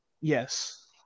yes